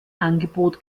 angebot